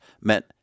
meant